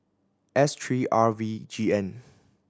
S three R V G N